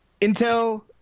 Intel